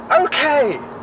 okay